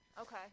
Okay